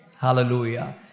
Hallelujah